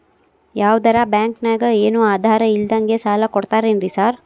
ಯಾವದರಾ ಬ್ಯಾಂಕ್ ನಾಗ ಏನು ಆಧಾರ್ ಇಲ್ದಂಗನೆ ಸಾಲ ಕೊಡ್ತಾರೆನ್ರಿ ಸಾರ್?